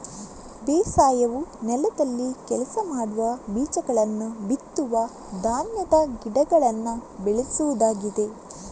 ಬೇಸಾಯವು ನೆಲದಲ್ಲಿ ಕೆಲಸ ಮಾಡುವ, ಬೀಜಗಳನ್ನ ಬಿತ್ತುವ ಧಾನ್ಯದ ಗಿಡಗಳನ್ನ ಬೆಳೆಸುವುದಾಗಿದೆ